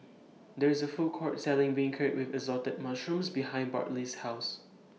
There IS A Food Court Selling Beancurd with Assorted Mushrooms behind Bartley's House